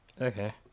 Okay